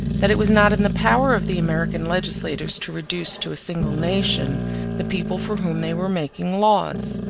that it was not in the power of the american legislators to reduce to a single nation the people for whom they were making laws.